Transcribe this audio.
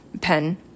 Pen